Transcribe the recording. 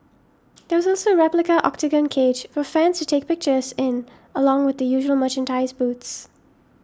there was also a replica Octagon cage for fans to take pictures in along with the usual merchandise booths